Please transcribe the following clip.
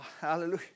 Hallelujah